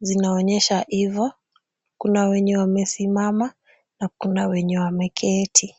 zinaonyesha hivo. Kuna wenye wamesimama na kuna wenye wameketi.